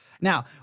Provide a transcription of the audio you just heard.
Now